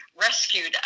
rescued